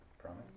Promise